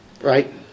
right